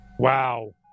Wow